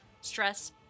stress